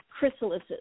chrysalises